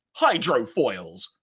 hydrofoils